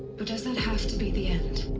but does that have to be the end?